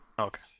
Okay